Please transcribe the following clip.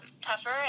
tougher